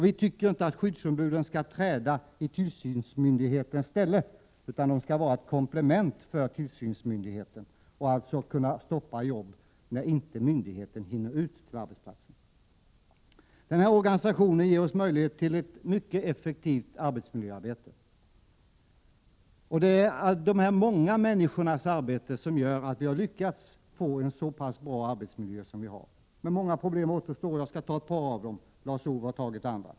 Vi tycker inte att skyddsombuden skall träda i tillsynsmyndighetens ställe, utan de skall vara ett komplement till tillsynsmyndigheten och kunna stoppa arbetet när 171 tillsynsmyndigheten inte hinner ut till arbetsplatsen. Denna organisation ger oss möjlighet till ett mycket effektivt arbetsmiljöarbete. Det är de många människornas arbete som gör att vi har en så pass bra arbetsmiljö som den vi har. Men många problem återstår, och jag skall ta upp ett par av dem. Lars-Ove Hagberg har tagit upp andra.